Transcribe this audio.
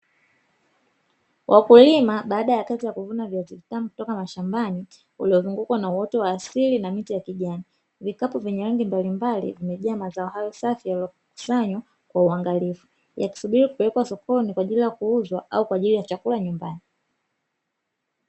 Wakulima baada ya kazi ya kuvuna viazi vitamu, kutoka mashambani uliozungukwa na uoto wa asili na miti ya kijani vikapu vyenye rangi mbalimbali vimejaa mazao hayo safi yaliyokusanywa kwa uangalifu ya kusubiri kupelekwa sokoni kwa ajili ya kuuzwa au kwa ajili ya chakula nyumbani.